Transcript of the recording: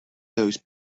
those